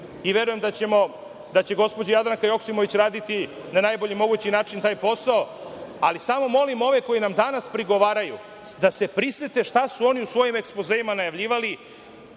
i verujem da će gospođa Jadranka Joksimović raditi na najbolji mogući način taj posao. Samo molim ove koji nam danas prigovaraju, da se prisete šta su oni u svojim ekspozeima najavljivali,